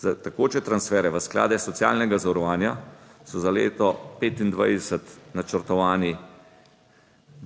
Za tekoče transfere v sklade socialnega zavarovanja, so za leto 2025 načrtovani